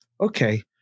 Okay